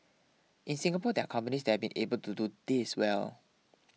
in Singapore there are companies that have been able to do this well